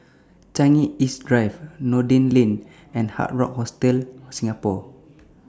Changi East Drive Noordin Lane and Hard Rock Hostel Singapore